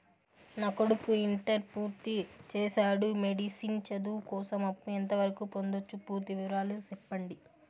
నా కొడుకు ఇంటర్ పూర్తి చేసాడు, మెడిసిన్ చదువు కోసం అప్పు ఎంత వరకు పొందొచ్చు? పూర్తి వివరాలు సెప్పండీ?